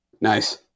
Nice